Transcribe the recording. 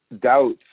doubts